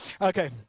Okay